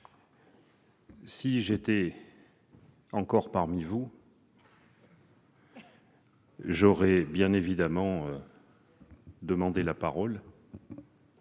je siégeais encore parmi vous, j'aurais bien évidemment demandé la parole,